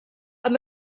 amb